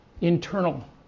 internal